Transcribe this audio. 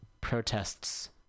protests